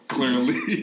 Clearly